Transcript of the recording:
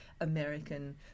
American